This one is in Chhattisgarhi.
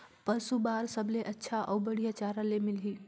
पशु बार सबले अच्छा अउ बढ़िया चारा ले मिलही?